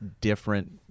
different